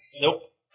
Nope